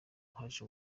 haje